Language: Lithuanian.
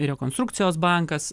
ir rekonstrukcijos bankas